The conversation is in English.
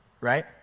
right